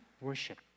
worship